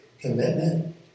commitment